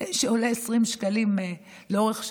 שעולה 20 שקלים לאורך שנים,